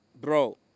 Bro